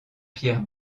pierre